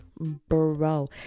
bro